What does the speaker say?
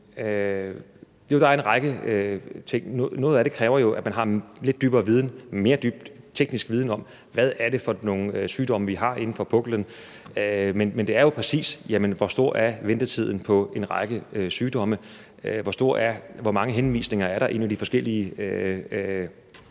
noget af det kræver jo, at man har en mere dyb teknisk viden om, hvad det er for nogle sygdomme, vi har inden for puklen. Men det er jo præcis: Hvor stor er ventetiden på en række sygdomme? Hvor mange henvisninger fra praktiserende læger